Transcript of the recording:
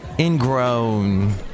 Ingrown